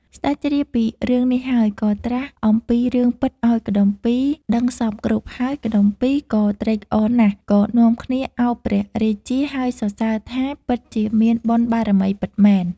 ស្ដេចជ្រាបពីរឿងនេះហើយ ក៏ត្រាស់អំពីរឿងពិតឱ្យកុដុម្ពីក៍ដឹងសព្វគ្រប់ ហើយកុដុម្ពីក៍ក៏ត្រេកអរណាស់ក៏នាំគា្នឱបព្រះរាជា ហើយសរសើរថាពិតជាមានបុណ្យបារមីពិតមែន។